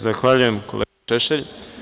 Zahvaljujem, kolega Šešelj.